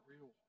real